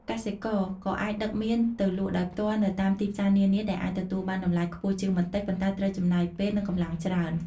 កសិករក៏អាចដឹកមៀនទៅលក់ដោយផ្ទាល់នៅតាមទីផ្សារនានា ដែលអាចទទួលបានតម្លៃខ្ពស់ជាងបន្តិច ប៉ុន្តែត្រូវចំណាយពេល និងកម្លាំងច្រើន។